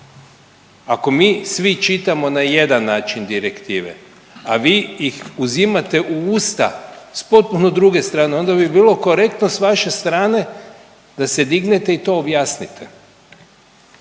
Ako mi svi čitamo na jedan način direktive, a vi ih uzimate u usta s potpuno druge strane onda bi bilo korektno s vaše strane da se dignete i to objasnite.